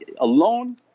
alone